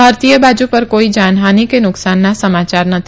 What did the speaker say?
ભારતીય બાજુ પર કોઈ જાનહાની કે નુકસાનના સમાચાર નથી